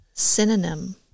Synonym